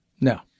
No